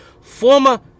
former